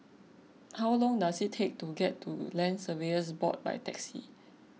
how long does it take to get to Land Surveyors Board by taxi